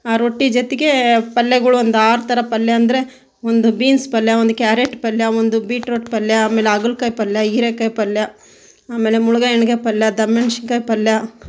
ರೊಟ್ಟಿ ಜೊತೆಗೆ ಪಲ್ಯಗಳು ಒಂದು ಆರು ಥರ ಪಲ್ಯ ಅಂದರೆ ಒಂದು ಬೀನ್ಸ್ ಪಲ್ಯ ಒಂದು ಕ್ಯಾರೇಟ್ ಪಲ್ಯ ಒಂದು ಬೀಟ್ರೂಟ್ ಪಲ್ಯ ಆಮೇಲೆ ಹಾಗಲಕಾಯಿ ಪಲ್ಯ ಹೀರೆಕಾಯಿ ಪಲ್ಯ ಆಮೇಲೆ ಮುಳುಗಾಯಿ ಎಣ್ಣೆಗಾಯಿ ಪಲ್ಯ ದಪ್ಪಮೆಣಸಿನ್ಕಾಯಿ ಪಲ್ಯ